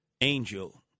Angel